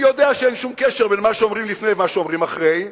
אני יודע שאין שום קשר בין מה שאומרים לפני ומה שאומרים אחרי,